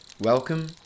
Welcome